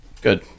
Good